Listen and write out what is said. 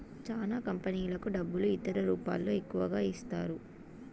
చానా కంపెనీలకు డబ్బు ఇతర రూపాల్లో ఎక్కువగా ఇస్తారు